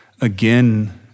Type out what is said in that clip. again